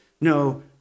no